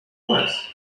was